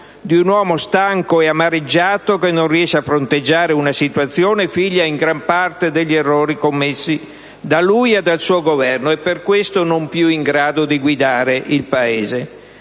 di un uomo stanco e amareggiato, che non riesce a fronteggiare una situazione figlia, in gran parte, degli errori commessi da lui e dal suo Governo e, per questo, non più in grado di guidare il Paese.